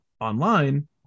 online